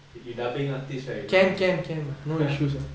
you dubbing artist ah you know ah